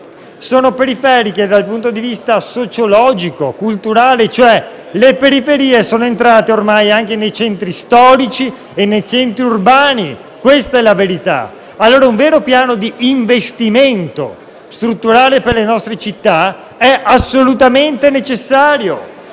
topografico, ma dal punto di vista sociologico e culturale. Le periferie sono entrate ormai anche nei centri storici e nei centri urbani. Questa è la verità. Pertanto, un vero piano di investimento strutturale per le nostre città è assolutamente necessario